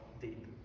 deep